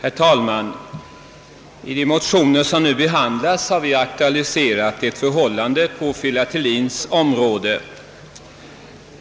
Herr talman! I de motioner som nu behandlas har vi aktualiserat ett förhållande på filateliens område.